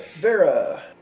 Vera